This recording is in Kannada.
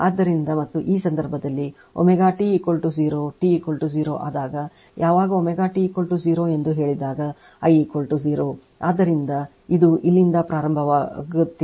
ಆದ್ದರಿಂದ ಮತ್ತು ಈ ಸಂದರ್ಭದಲ್ಲಿ ω t 0 t 0 ಆದಾಗ ಯಾವಾಗ ωt 0 ಎಂದು ಹೇಳಿದಾಗ I 0 ಆದ್ದರಿಂದ ಇದು ಇಲ್ಲಿಂದ ಪ್ರಾರಂಭವಾಗುತ್ತಿದೆ 0